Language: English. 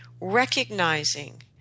recognizing